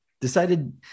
Decided